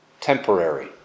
temporary